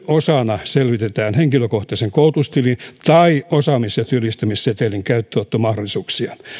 osana selvitetään henkilökohtaisen koulutustilin tai osaamis ja työllistämissetelin käyttöönottomahdollisuuksia yhdeksän